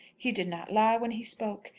he did not lie when he spoke.